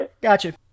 Gotcha